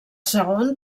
segon